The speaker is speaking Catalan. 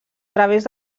través